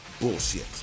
Bullshit